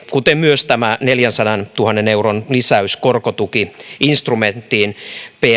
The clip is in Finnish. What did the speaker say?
kuten myös tämä neljänsadantuhannen euron lisäys korkotuki instrumenttiin